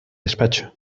despacho